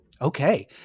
Okay